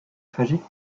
tragique